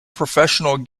professional